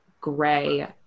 gray